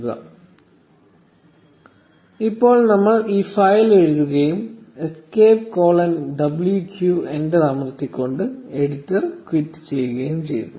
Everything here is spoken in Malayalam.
1211 ഇപ്പോൾ നമ്മൾ ഈ ഫയൽ എഴുതുകയും എസ്കേപ്പ് കോളൻ wq എന്റർ അമർത്തിക്കൊണ്ട് എഡിറ്റർ ക്വിറ്റ് ചെയ്യുകയും ചെയ്യുന്നു